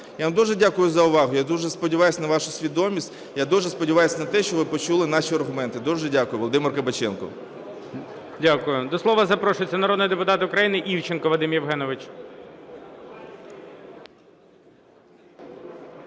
Я вам дуже дякую за увагу. Я дуже сподіваюсь на вашу свідомість, я дуже сподіваюсь на те, що ви почули наші аргументи. Дуже дякую. Володимир Кабаченко. ГОЛОВУЮЧИЙ. Дякую. До слова запрошується народний депутат України Івченко Вадим Євгенович.